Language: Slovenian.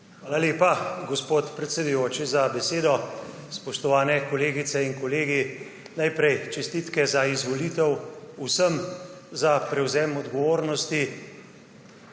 Hvala lepa, gospod predsedujoči, za besedo. Spoštovani kolegice in kolegi! Najprej čestitke za izvolitev vsem, za prevzem odgovornosti.